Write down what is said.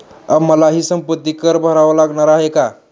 आम्हालाही संपत्ती कर भरावा लागणार आहे का?